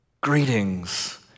Greetings